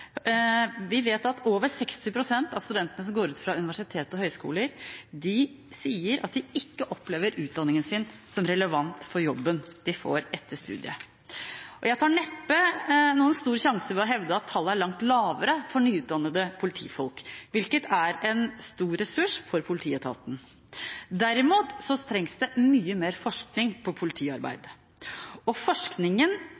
Vi vet at over 60 pst. av studentene som går ut fra universiteter og høyskoler, sier at de ikke opplever utdanningen sin som relevant for jobben de får etter studiet. Jeg tar neppe noen stor sjanse ved å hevde at tallet er langt lavere for nyutdannede politifolk, hvilket er en stor ressurs for politietaten. Derimot trengs det mye mer forskning på politiarbeid, og forskningen